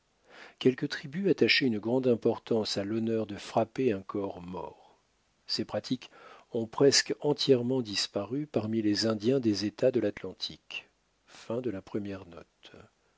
quelques tribus attachaient une grande importance à l'honneur de frapper un corps mort ces pratiques ont presque entièrement disparu parmi les indiens des états de l'atlantique